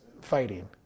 fighting